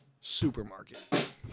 supermarket